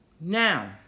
now